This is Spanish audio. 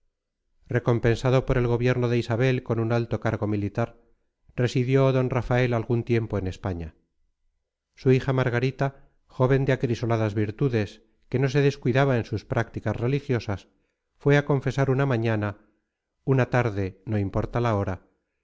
recompensado por el gobierno de isabel con un alto cargo militar residió d rafael algún tiempo en españa su hija margarita joven de acrisoladas virtudes que no se descuidaba en sus prácticas religiosas fue a confesar una mañana una tarde no importa la hora en una